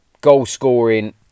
goal-scoring